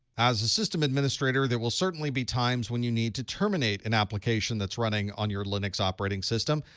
as a system administrator, there will certainly be times when you need to terminate an application that's running on your linux operating system.